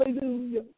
Hallelujah